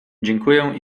dziękuję